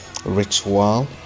ritual